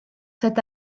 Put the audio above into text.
cet